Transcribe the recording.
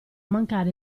mancare